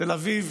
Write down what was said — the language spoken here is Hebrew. תל אביב